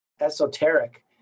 esoteric